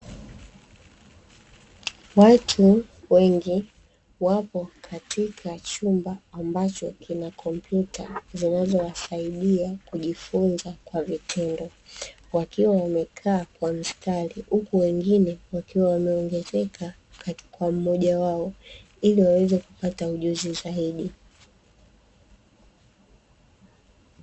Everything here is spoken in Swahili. Watu wengi wapo katika chumba ambacho kina kompyuta zinazowasaidia kujifunza kwa vitendo, wakiwa wamekaa kwa mstari, huku wengine wakiwa wameongezeka kwa mmoja wao, ili waweze kupata ujuzi zaidi.